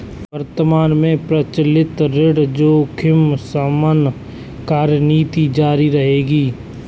वर्तमान में प्रचलित ऋण जोखिम शमन कार्यनीति जारी रहेगी